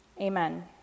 Amen